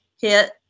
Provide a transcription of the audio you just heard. hit